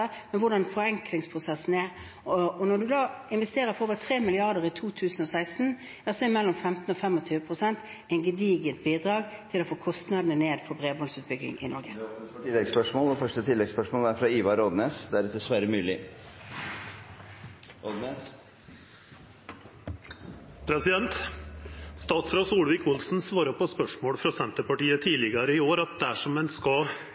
men hvordan forenklingsprosessen er. Når man da investerer for over 3 mrd. kr i 2016, er mellom 15 og 25 pst. et gedigent bidrag til å få kostnadene ned for bredbåndsutbyggingen i Norge. Det åpnes for oppfølgingsspørsmål – først Ivar Odnes. Statsråd Solvik-Olsen svara på spørsmål frå Senterpartiet tidlegare i år at dersom ein skal